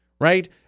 right